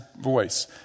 voice